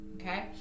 okay